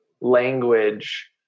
language